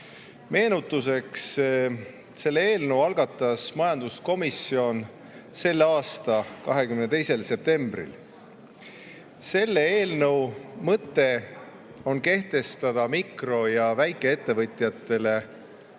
Meenutuseks. Selle eelnõu algatas majanduskomisjon selle aasta 22. septembril. Selle eelnõu mõte on kehtestada mikro- ja väikeettevõtjatele